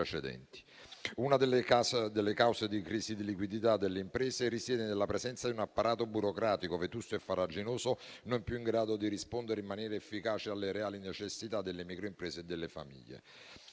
Una delle cause di crisi di liquidità delle imprese risiede nella presenza di un apparato burocratico vetusto e farraginoso, non più in grado di rispondere in maniera efficace alle reali necessità delle microimprese e delle famiglie.